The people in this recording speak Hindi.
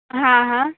हाँ हाँ